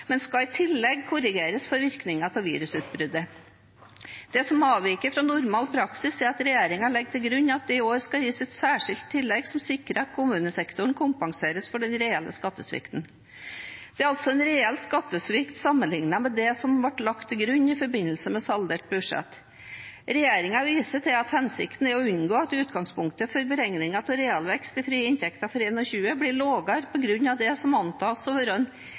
men skal i tillegg korrigeres for virkningene av virusutbruddet. Det som avviker fra normal praksis, er at regjeringen legger til grunn at det i år skal gis et særskilt tillegg som sikrer at kommunesektoren kompenseres for den reelle skattesvikten. Det er altså en reell skattesvikt sammenlignet med det som ble lagt til grunn i forbindelse med saldert budsjett. Regjeringen viser til at hensikten er å unngå at utgangspunktet for beregningen av realvekst i frie inntekter for 2021 blir lavere på grunn av noe som antas